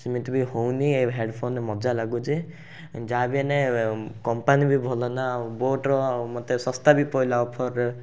ସେମିତି ବି ହେଉନି ଏ ହେଡ଼୍ଫୋନ୍ରେ ମଜା ଲାଗୁଛି ଯାହାବି ହେନେ କମ୍ପାନୀ ବି ଭଲ ନା ଆଉ ବୋଟର ମୋତେ ଶସ୍ତା ବି ପଡ଼ିଲା ଅଫର୍ରେ